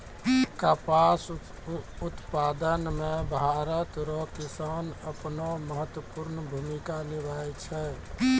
कपास उप्तादन मे भरत रो किसान अपनो महत्वपर्ण भूमिका निभाय छै